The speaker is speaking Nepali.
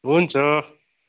हुन्छ